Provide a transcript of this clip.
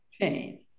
chain